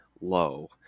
low